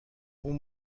اون